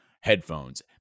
Headphones